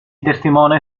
testimone